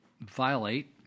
violate